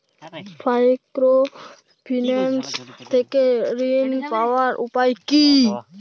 Microfinance থেকে ঋণ পাওয়ার উপায় কি?